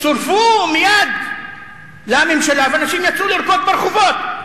צורפו מייד לממשלה, ואנשים יצאו לרקוד ברחובות.